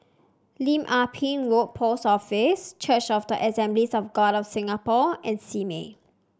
Lim Ah Pin Road Post Office Church of the Assemblies of God of Singapore and Simei